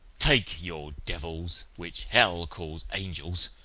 take your devils, which hell calls angels!